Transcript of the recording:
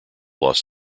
los